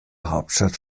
hauptstadt